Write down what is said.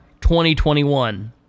2021